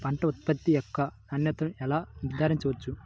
పంట ఉత్పత్తి యొక్క నాణ్యతను ఎలా నిర్ధారించవచ్చు?